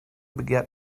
begehrt